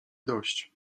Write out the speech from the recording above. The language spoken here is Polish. dość